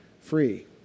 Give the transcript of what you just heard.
free